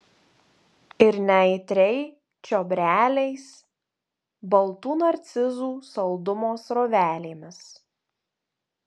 ir neaitriai čiobreliais baltų narcizų saldumo srovelėmis